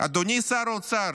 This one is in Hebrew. אדוני שר האוצר,